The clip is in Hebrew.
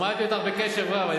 שמעתי אותך בקשב רב,